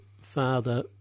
father